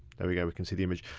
there we go, we can see the image.